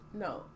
no